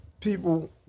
people